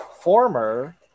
former